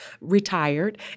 retired